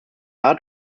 tat